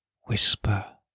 whisper